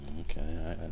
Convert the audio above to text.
Okay